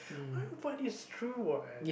but but it's true what